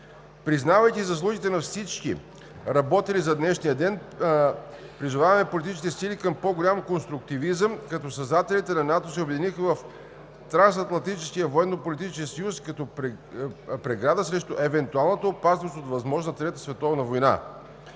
„Признавайки заслугите на всички, работили за днешния ден, призоваваме политическите сили за по-голям конструктивизъм, както създателите на НАТО се обединиха в Трансатлантическия военно-политически съюз като преграда срещу евентуалната опасност от възможна трета световна война.“